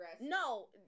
No